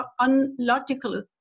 unlogical